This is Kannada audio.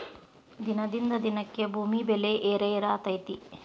ದಿನದಿಂದ ದಿನಕ್ಕೆ ಭೂಮಿ ಬೆಲೆ ಏರೆಏರಾತೈತಿ